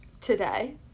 today